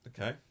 Okay